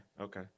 Okay